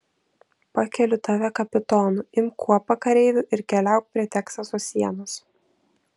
pakeliu tave kapitonu imk kuopą kareivių ir keliauk prie teksaso sienos